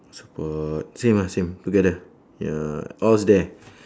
support same ah same together ya all's there